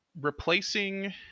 replacing